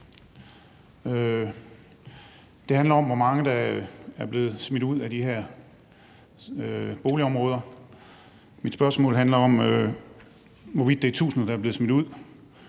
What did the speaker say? handler om, hvor mange der er blevet smidt ud af de her boligområder, altså hvorvidt det er tusinder, der er blevet smidt ud.